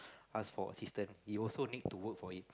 ask for assistance you also need to work for it